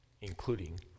including